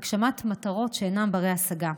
הגשמת מטרות שאינן בנות-השגה.